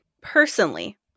Personally